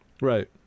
right